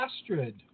Astrid